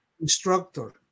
instructor